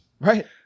Right